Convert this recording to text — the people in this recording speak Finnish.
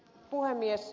puhemies